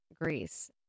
Greece